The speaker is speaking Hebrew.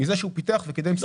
מזה שהוא פיתח וקידם שחקנים.